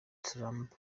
trump